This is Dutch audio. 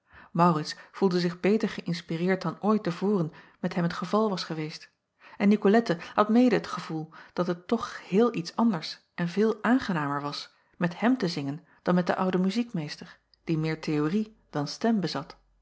aurits voelde zich beter geïnspireerd dan ooit te voren met hem het geval was geweest en icolette had mede het gevoel dat het toch heel iets anders en veel aangenamer was met hem te zingen dan met den ouden muziekmeester die meer theorie dan stem bezat